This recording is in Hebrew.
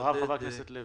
ואחריו חבר הכנסת לוי.